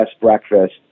breakfast